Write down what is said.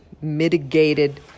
mitigated